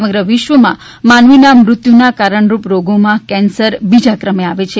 સમગ્ર વિશ્વમાં માનવીના મૃત્યુના કારણરૂપ રોગોમાં કેન્સર બીજા ક્રમે આવે છે